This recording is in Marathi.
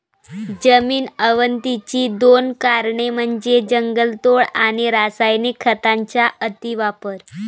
जमीन अवनतीची दोन कारणे म्हणजे जंगलतोड आणि रासायनिक खतांचा अतिवापर